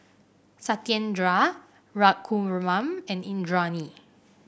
Satyendra Raghuram and Indranee